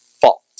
fault